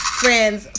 friends